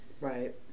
Right